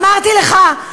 אמרתי לך,